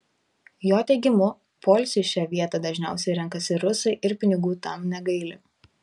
jo teigimu poilsiui šią vietą dažniausiai renkasi rusai ir pinigų tam negaili